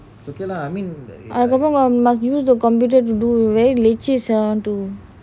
I don't know lah must use the computer to do very leceh sia too